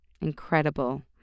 incredible